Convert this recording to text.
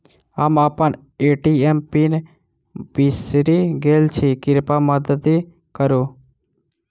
हम अप्पन ATM pin बिसरि गेल छी कृपया मददि करू